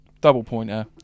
Double-pointer